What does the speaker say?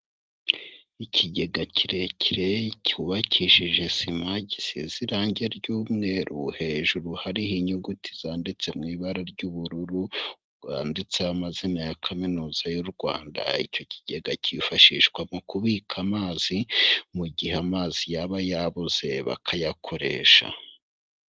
Ikigega kirekire cyubakishije sima, gisize irangi ry'umweru hejuru hari inyuguti zanditse mu ibara ry'ubururu, handitseho amazina ya Kaminuza y'u Rwanda, icyo kigega cyifashishwa mu kubika amazi mu gihe amazi yaba yabuze bakayakoresha.